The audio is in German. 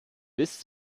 bis